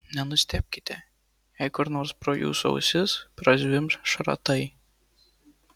nenustebkite jei kur nors pro jūsų ausis prazvimbs šratai